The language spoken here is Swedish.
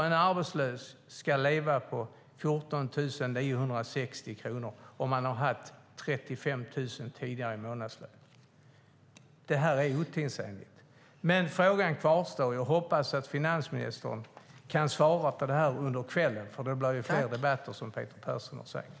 En arbetslös ska alltså leva på 14 960 kronor om han tidigare har haft en månadslön på 35 000 kronor. Detta är otidsenligt. Men frågan kvarstår, och jag hoppas att finansministern kan svara på detta under kvällen eftersom det blir fler debatter, som Peter Persson har sagt.